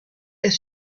est